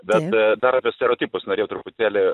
bet dar dar apie stereotipus norėjau truputėlį